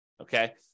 okay